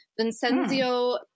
Vincenzo